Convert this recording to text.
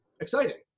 exciting